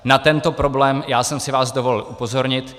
Na tento problém jsem si vás dovolil upozornit.